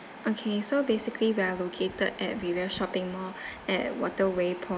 okay so basically we are located at viva shopping mall at waterway point